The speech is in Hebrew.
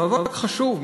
מאבק חשוב,